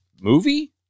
movie